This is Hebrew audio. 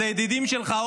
אז הידידים שלך,